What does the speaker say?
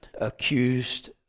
accused